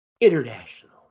international